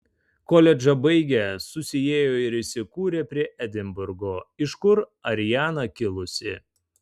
koledžą baigę susiėjo ir įsikūrė prie edinburgo iš kur ariana kilusi